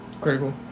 critical